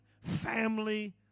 family